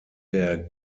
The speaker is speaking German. der